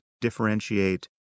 differentiate